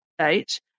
state